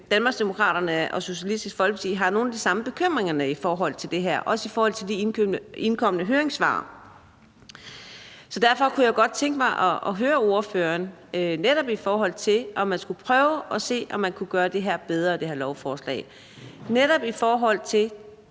Danmarksdemokraterne og Socialistisk Folkeparti har nogle af de samme bekymringer i forhold til det her, også i forhold til de indkomne høringssvar. Så derfor kunne jeg godt tænke mig at høre ordføreren netop i forhold til, om man skulle prøve at se, om man kunne gøre det her lovforslag bedre. En ting